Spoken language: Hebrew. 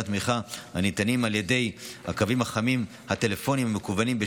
התמיכה הניתנים על ידי הקווים החמים הטלפוניים והמקוונים.